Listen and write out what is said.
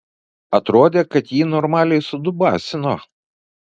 atrodė kad jį normaliai sudubasino